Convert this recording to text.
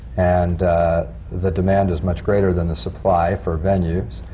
and the demand is much greater than the supply for venues.